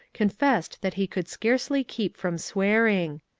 confessed that he could scarcely keep from swearing.